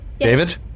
David